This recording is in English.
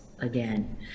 again